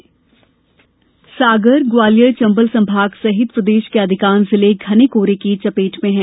मौसम सागर ग्वालियर चंबल संभाग सहित प्रदेश के अधिकांश जिले घने कोहरे की चपेट में हैं